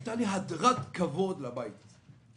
הייתי לי הדרת כבוד לבית הזה.